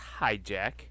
hijack